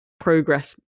progress